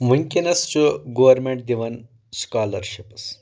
وُنکٮ۪نَس چھُ گورنمینٹ دِوان سٔکالرشِپٕس